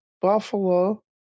Buffalo